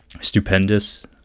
stupendous